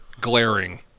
glaring